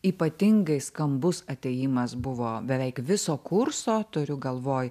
ypatingai skambus atėjimas buvo beveik viso kurso turiu galvoj